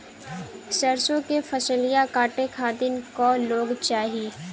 सरसो के फसलिया कांटे खातिन क लोग चाहिए?